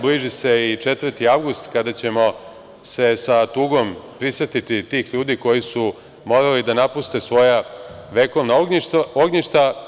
Bliži se i 4. avgust kada ćemo se sa tugom prisetiti tih ljudi koji su morali da napuste svoja vekovna ognjišta.